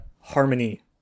harmony